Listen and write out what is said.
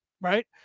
Right